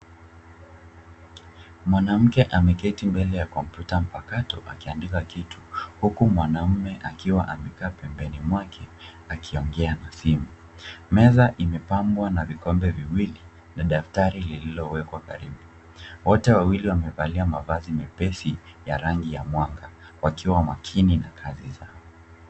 Mwanamke ameketi mbele ya kompyuta mpakato akiandika kitu huku mwanamme akiwa amekaa pembeni mwake akiongea na simu. Meza imepambwa na vikombe viwili na daftari lilowekwa karibu. Wote wawili wamevalia mavazi mepesi ya rangi ya mwaka wakiwa makini na kazi zao.